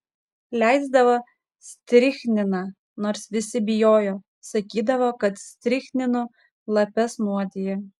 leisdavo strichniną nors visi bijojo sakydavo kad strichninu lapes nuodija